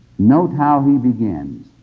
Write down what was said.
note how he begins